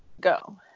go